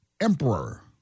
emperor